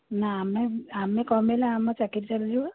ନା ଆମେ ଆମେ କମେଇଲେ ଆମ ଚାକିରୀ ଚାଲିଯିବ